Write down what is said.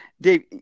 Dave